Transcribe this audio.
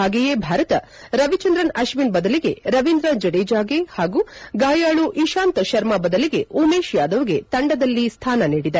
ಹಾಗೆಯೇ ಭಾರತ ರವಿಚಂದ್ರನ್ ಅಶ್ಲಿನ್ ಬದಲಿಗೆ ರವೀಂದ್ರ ಜಡೇಜಾಗೆ ಹಾಗೂ ಗಾಯಾಳು ಇಶಾಂತ್ ಶರ್ಮ ಬದಲಿಗೆ ಉಮೇಶ್ ಯಾದವ್ಗೆ ತಂಡದಲ್ಲಿ ಸ್ಥಾನ ನೀಡಿದೆ